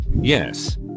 Yes